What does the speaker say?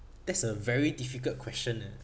that's a very difficult question eh